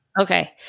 Okay